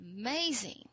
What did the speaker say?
amazing